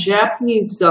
Japanese